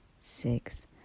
six